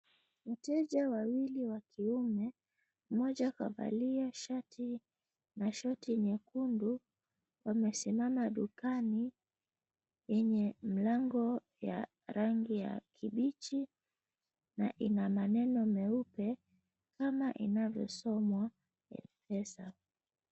Wateja wawili wa kiume. Mmoja kavalia shati na shoti nyekundu, wamesimama dukani, yenye milango ya rangi ya kijani kibichi na ina maneno meupe kama inavyosomwa pesa.